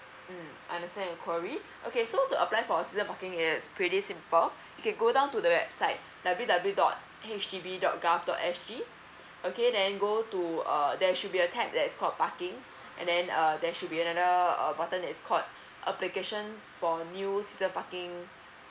mm understand your query so to apply for season parking is pretty simple okay go down to the website W W dot H D B dot G_O_V dot S_G okay then go to err there should be a text that's called parking and then uh there should be another button that is called application for new season parking